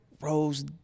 Rose